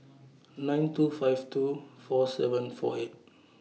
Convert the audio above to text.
nine two five two four seven four eight